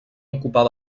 ocupar